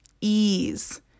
ease